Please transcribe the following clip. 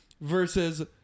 Versus